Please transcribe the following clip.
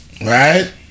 right